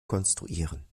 konstruieren